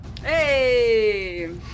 Hey